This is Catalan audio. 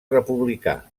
republicà